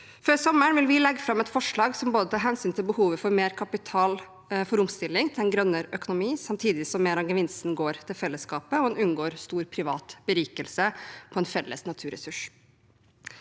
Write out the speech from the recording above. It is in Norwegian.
Før sommeren vil vi legge fram et forslag som tar hensyn til behovet for mer kapital for omstilling til en grønnere økonomi, samtidig som mer av gevinsten går til fellesskapet og en unngår stor privat berikelse på en felles naturressurs.